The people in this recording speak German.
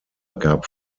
gab